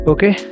Okay